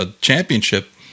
championship